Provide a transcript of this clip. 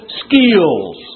skills